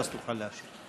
ואז תוכל להשיב.